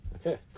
Okay